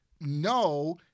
no